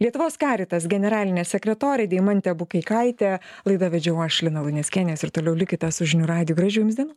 lietuvos karitas generalinę sekretorę deimantę bukeikaitę laidą vedžiau aš lina luneckienė ir toliau likite su žinių radiju gražių jums dienų